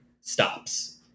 stops